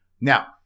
Now